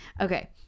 Okay